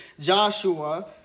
Joshua